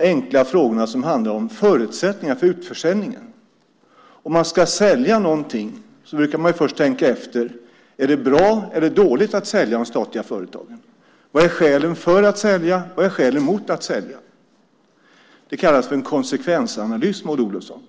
enkla frågor som handlar om förutsättningarna för utförsäljningen. Om man ska sälja något brukar man ju först tänka efter: Är det bra eller dåligt att sälja de statliga företagen? Vad är skälen för att sälja? Vad är skälen mot att sälja? Det kallas för en konsekvensanalys, Maud Olofsson.